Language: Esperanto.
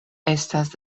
estas